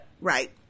Right